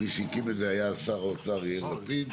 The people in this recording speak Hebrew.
מי שהקים את זה היה שר האוצר יאיר לפיד,